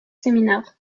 seminar